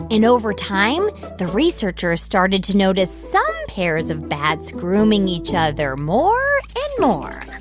and over time, the researchers started to notice some pairs of bats grooming each other more and more